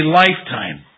lifetime